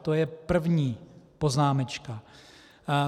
To je první poznámečka.